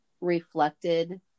reflected